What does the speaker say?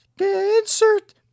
insert